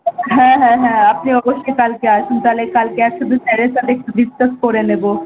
হ্যাঁ হ্যাঁ হ্যাঁ আপনি অবশ্যই কালকে আসুন তাহলে কালকে একসাথে স্যারের সাথে একটু ডিসকাস করে নেবো